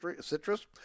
citrus